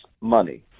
money